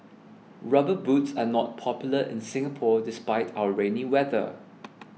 rubber boots are not popular in Singapore despite our rainy weather